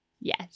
Yes